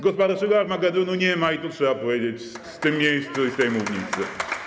Gospodarczego armagedonu nie ma, i to trzeba powiedzieć w tym miejscu i z tej mównicy.